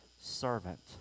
servant